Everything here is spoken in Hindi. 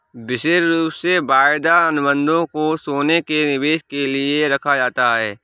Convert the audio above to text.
विशेष रूप से वायदा अनुबन्धों को सोने के निवेश के लिये रखा जाता है